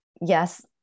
yes